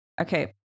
Okay